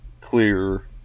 clear